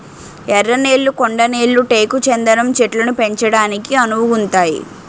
ఎర్ర నేళ్లు కొండ నేళ్లు టేకు చందనం చెట్లను పెంచడానికి అనువుగుంతాయి